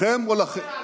לכם או לנו.